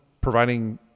providing